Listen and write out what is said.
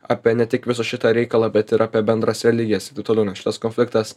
apie ne tik visą šitą reikalą bet ir apie bendras religijas ir taip toliau nes šitas konfliktas